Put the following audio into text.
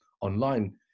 online